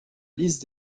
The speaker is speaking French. liste